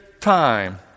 Time